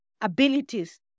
abilities